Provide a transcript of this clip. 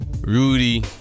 Rudy